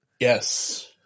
Yes